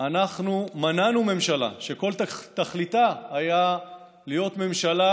אנחנו מנענו ממשלה שכל תכליתה הייתה להיות ממשלה